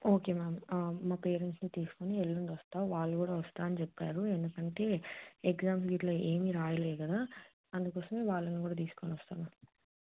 okay ma'am మా పేరెంట్స్ని తీసుకుని ఎల్లుండి వస్తాను వాళ్ళు కూడా వస్తాను అని చెప్పారు ఎందుకంటే ఎగ్జామ్స్ ఇట్లా ఏమి రాయలేదు కదా అందుకోసం వాళ్ళని కూడా తీసుకొని వస్తాను మ్యామ్